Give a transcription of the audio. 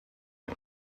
him